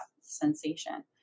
sensation